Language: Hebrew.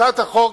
הצעת החוק